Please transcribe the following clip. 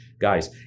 guys